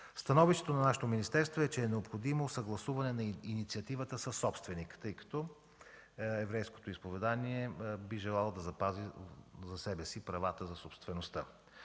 Становището на нашето министерство е, че е необходимо съгласуване на инициативата със собственика, тъй като еврейското вероизповедание би желало да запази за себе си правата за собствеността.